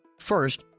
first,